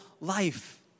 life